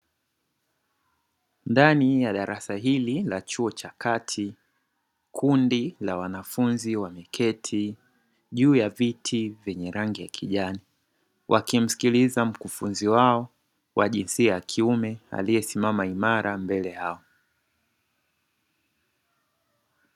Ndani ya darasa hili la chuo cha kati kundi la wanafunzi wameketi juu ya viti vyenye rangi ya kijani, wakismikiliza mkufunzi wao wa jinsia ya kiume aliesimama imara mbele yao.